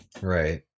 right